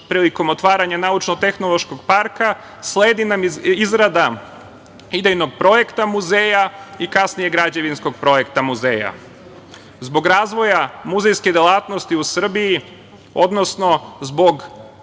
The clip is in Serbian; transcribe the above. prilikom otvaranja Naučno-tehnološkog parka. Sledi nam izrada idejnog projekta muzeja i kasnije građevinskog projekta muzeja. Zbog razvoja muzejske delatnosti u Srbiji, odnosno zbog